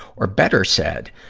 or better said,